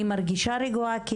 אני מרגישה רגועה,